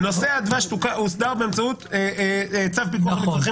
נושא הדבש הוסדר באמצעות צו פיקוח מצרכים